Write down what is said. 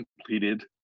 completed